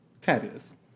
Fabulous